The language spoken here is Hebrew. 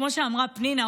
כמו שאמרה פנינה,